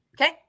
Okay